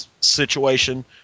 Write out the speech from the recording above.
situation